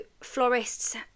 florists